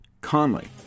Conley